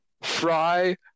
fry